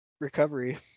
recovery